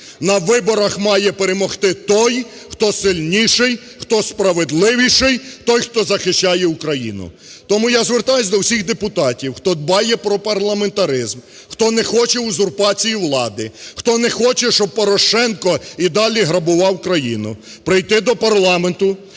На виборах має перемогти той, хто сильніший, хто справедливіший, той, хто захищає Україну. Тому я звертаюсь до всіх депутатів, хто дбає про парламентаризм, хто не хоче узурпації влади, хто не хоче, щоб Порошенко і далі грабував країну, прийти до парламенту,